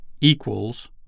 equals